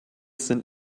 sind